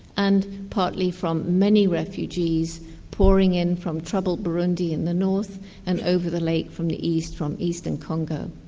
and partly from many refugees pouring in from troubled burundi in the north and over the lake from the east, from eastern congo.